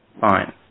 fine